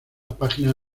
páginas